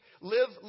live